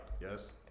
Yes